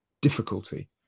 difficulty